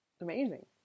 amazing